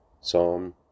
Psalm